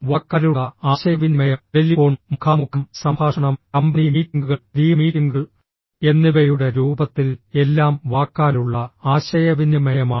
വാക്കാലുള്ള ആശയവിനിമയം ടെലിഫോൺ മുഖാമുഖം സംഭാഷണം കമ്പനി മീറ്റിംഗുകൾ ടീം മീറ്റിംഗുകൾ എന്നിവയുടെ രൂപത്തിൽ എല്ലാം വാക്കാലുള്ള ആശയവിനിമയമാണ്